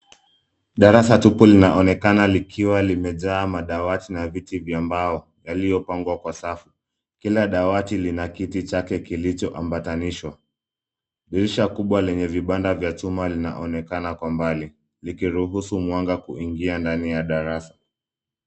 Darasa tupu linaonekana likiwa limejaa madawati na viti vya mbao yaliyopangwa kwa safu. Kila dawati lina kiti chake kilichoambatanishwa. Dirisha kubwa lenye vibanda vya chuma linaonekana kwa mbali, likiruhusu mwanga kuingia ndani ya darasa.